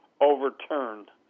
overturned